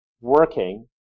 working